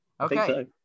okay